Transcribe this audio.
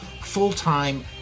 full-time